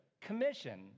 commission